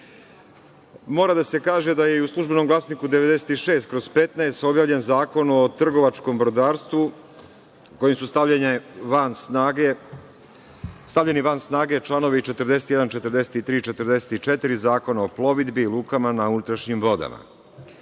da se kaže da je i u „Službenom glasniku“ broj 96/15 objavljen Zakon o trgovačkom brodarstvu kojim su stavljeni van snage čl. 41, 43. i 44. Zakona o plovidbi i lukama na unutrašnjim